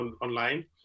online